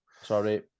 sorry